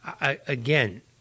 again